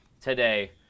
today